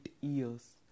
years